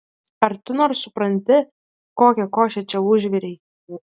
ar tu nors supranti kokią košę čia užvirei